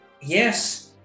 yes